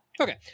Okay